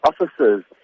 officers